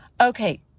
Okay